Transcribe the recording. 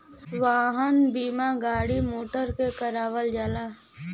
वाहन बीमा गाड़ी मोटर के करावल जाला